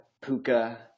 Puka